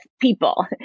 people